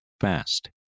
fast